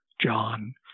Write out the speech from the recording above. John